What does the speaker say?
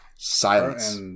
Silence